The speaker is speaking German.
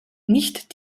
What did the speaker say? nicht